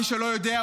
מי שלא יודע,